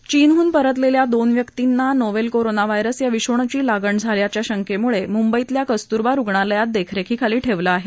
चीनहून परतलेल्या दोन व्यक्तींना नोवेल कोरोनाव्हायरस या विषाणूची लागण झाल्याच्या शंकेमुळे मुंबईतल्या कस्तुरबा रुग्णालयात देखरेखीखाली ठेवलं आहे